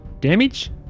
Damage